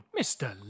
Mr